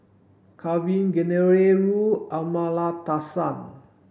Kavignareru Amallathasan